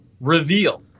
reveal